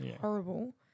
horrible